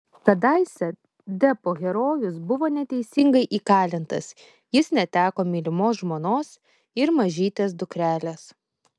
kadaise deppo herojus buvo neteisingai įkalintas jis neteko mylimos žmonos ir mažytės dukrelės